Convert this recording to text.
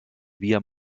wir